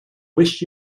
wish